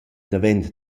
davent